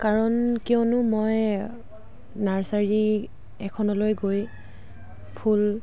কাৰণ কিয়নো মই নাৰ্চাৰী এখনলৈ গৈ ফুল